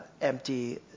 empty